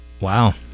wow